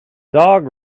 dog